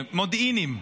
מודיעיניים,